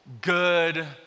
good